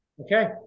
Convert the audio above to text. Okay